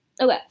Okay